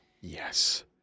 Yes